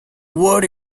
what